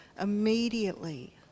immediately